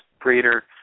breeder